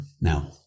Now